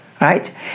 right